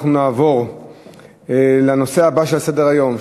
אנחנו נעבור לנושא הבא שעל סדר-היום,